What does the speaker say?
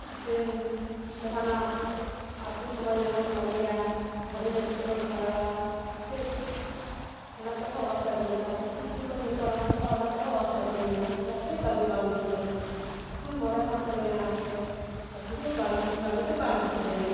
ᱡᱮᱧ ᱡᱟᱦᱟᱱᱟᱜ ᱟᱛᱳ ᱥᱚᱢᱟᱡᱽ ᱨᱮᱵᱚᱱ ᱠᱟᱹᱢᱤᱭᱟ ᱵᱷᱟᱹᱞᱤ ᱞᱟᱹᱜᱤᱫ ᱛᱮᱵᱚᱱ ᱠᱚᱨᱟᱣᱟ ᱪᱮᱫ ᱚᱱᱟᱛᱮᱦᱚᱸ ᱚᱥᱟᱹᱜᱩᱱᱚᱜᱼᱟ ᱯᱩᱥᱤ ᱡᱩᱫᱤ ᱠᱚ ᱧᱤᱨ ᱯᱟᱨᱚᱢᱟᱜ ᱠᱚᱣᱟ ᱚᱱᱟ ᱛᱮᱦᱚᱸ ᱚᱥᱟᱹᱜᱩᱱᱮᱱᱟ ᱪᱮᱫᱟᱜ ᱥᱮ ᱠᱟᱹᱢᱤ ᱵᱟᱝ ᱡᱩᱛ ᱞᱮᱱᱟ ᱛᱚᱠᱷᱚᱱ ᱢᱚᱬᱮ ᱦᱚᱲ ᱠᱚ ᱢᱮᱱᱟ ᱡᱮ ᱟᱹᱛᱩ ᱫᱚ ᱵᱟᱝ ᱠᱟᱹᱢᱤ ᱫᱚ ᱵᱟᱝ ᱡᱩᱛ ᱞᱮᱱᱟ